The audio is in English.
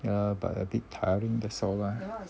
ya but a bit tiring the solar